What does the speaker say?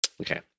Okay